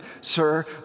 Sir